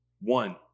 one